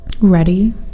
Ready